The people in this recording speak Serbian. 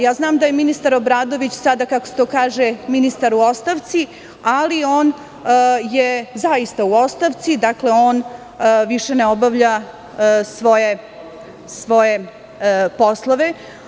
Ja znam da je ministar Obradović sada, kako se to kaže, ministar u ostavci, ali on je zaista u ostavci, dakle on više ne obavlja svoje poslove.